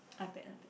iPad iPad